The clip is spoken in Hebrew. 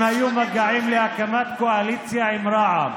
אם היו מגעים להקמת קואליציה עם רע"ם?